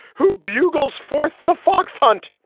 who bugles forth the fox hunt?